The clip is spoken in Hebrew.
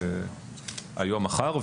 היום-מחר.